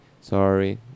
sorry